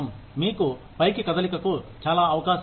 మీకు పైకి కదలికకు చాలా అవకాశాలు లేవు